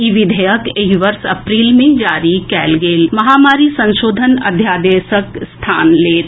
ई विधेयक एहि वर्ष अप्रैल मे जारी कएल गेल महामारी संशोधन अध्यादेशक स्थान लेत